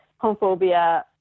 homophobia